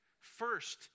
First